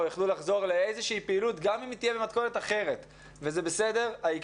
יוכלו לחזור לאיזושהי פעילות גם אם היא תהיה במתכונת אחרת וזה בסדר.